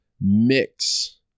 mix